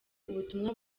ubutumwa